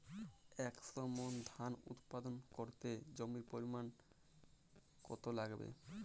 একশো মন ধান উৎপাদন করতে জমির পরিমাণ কত লাগবে?